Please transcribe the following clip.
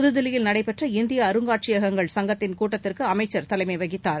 புதுதில்லியில் நடைபெற்ற இந்திய அருங்காட்சியகங்கள் சங்கத்தின் கூட்டத்துக்கு அமைச்சர் தலைமை வகித்தார்